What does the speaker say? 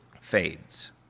fades